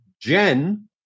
Jen